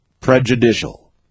prejudicial